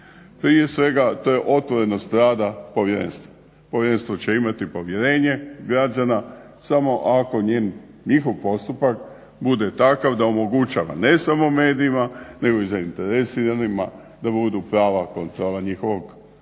Prije svega to je otvorenost rada Povjerenstva. Povjerenstvo će imati povjerenje građana samo ako njihov postupak bude takav da omogućava ne samo medijima, nego i zainteresiranima da budu prava kontrola njihovog